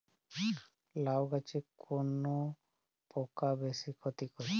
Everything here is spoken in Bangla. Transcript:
লাউ গাছে কোন পোকা বেশি ক্ষতি করে?